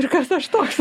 ir kas aš toks